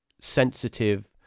sensitive